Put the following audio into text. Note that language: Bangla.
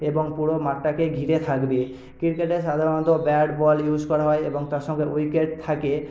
এবং পুরো মাঠটাকে ঘিরে থাকবে ক্রিকেটে সাধারণত ব্যাট বল ইউস করা হয় এবং তার সঙ্গে উইকেট থাকে